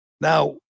Now